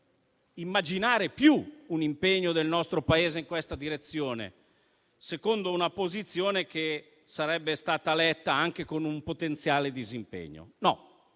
immaginare più un impegno del nostro Paese in questa direzione, secondo una posizione che sarebbe stata letta anche come un potenziale disimpegno. No,